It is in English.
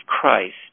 Christ